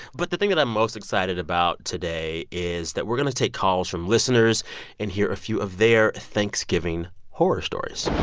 but the thing that i'm most excited about today is that we're going to take calls from listeners and hear a few of their thanksgiving horror stories